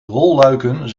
rolluiken